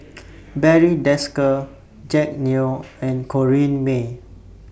Barry Desker Jack Neo and Corrinne May